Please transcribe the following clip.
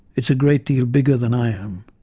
it's a great deal bigger than i am.